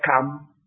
come